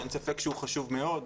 שאין ספק שהוא חשוב מאוד.